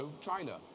China